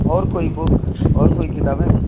اور کوئی بک اور کوئی کتابیں